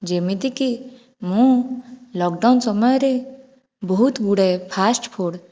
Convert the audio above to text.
ଯେମିତିକି ମୁଁ ଲକଡ଼ାଉନ୍ ସମୟରେ ବହୁତ ଗୁଡ଼ାଏ ଫାଷ୍ଟଫୁଡ଼୍